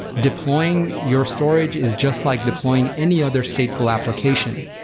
deploying your storage is just like deploying any other stateful application.